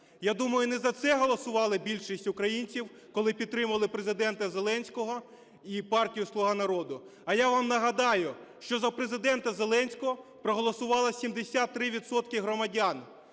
Я думаю, не за це голосували більшість українців, коли підтримували Президента Зеленського і партію. "Слуга народу". А я вам нагадаю, що за Президента Зеленського проголосувало 73 відсотки громадян.